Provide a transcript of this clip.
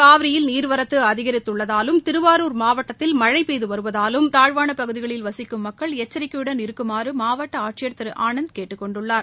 காவிரியில் நீர்வரத்து அதிகரித்துள்ளதாலும் திருவாரூர் மாவட்டத்தில் மழை பெய்து வருவதாலும் தாழ்வான பகுதிகளில் வசிக்கும் மக்கள் எச்சிக்கையுடன் இருக்குமாறு மாவட்ட ஆட்சியர் திரு ஆனந்த் கேட்டுக் கொண்டுள்ளார்